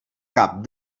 cap